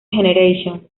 generation